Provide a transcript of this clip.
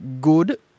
good